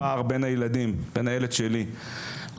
הפער בין הילד שלי לבין